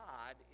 God